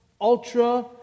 ultra